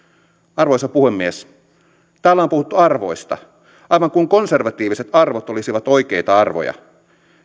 arvoisa puhemies täällä on puhuttu arvoista aivan kuin konservatiiviset arvot olisivat oikeita arvoja